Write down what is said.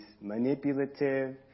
manipulative